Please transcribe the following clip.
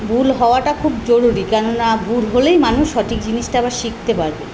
ভুল হওয়াটা খুব জরুরি কেন না ভুল হলেই মানুষ সঠিক জিনিসটা আবার শিখতে পারে